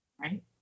right